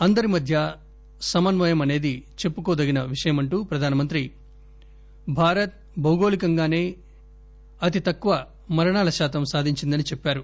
అందరి మధ్యా సమన్వయం అసేది చెప్పుకోదగిన విషయమంటూ ప్రధానమంత్రి భారత్ భౌగోళికంగానే అతితక్కువ మరణాల శాతం సాధించిందని చెప్పారు